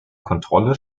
kontrolle